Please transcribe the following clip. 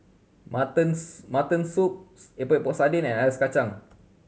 mutton mutton soup Epok Epok Sardin and ice kacang